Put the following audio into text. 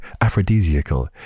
aphrodisiacal